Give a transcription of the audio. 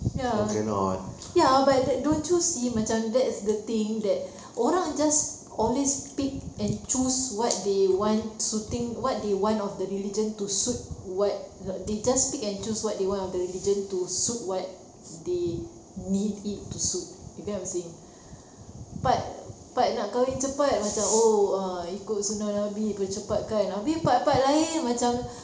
ya ya but that don't you see macam that is the thing that orang just always pick and choose what they want suiting what they want of the religion to suit what they just pick and choose what they want of the religion to suit what they need it to suit you get what I'm saying part part nak kahwin cepat macam oh ah ikut sunah nabi percepatkan but part part lain macam